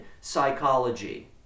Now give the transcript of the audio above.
psychology